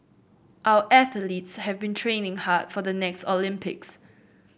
our athletes have been training hard for the next Olympics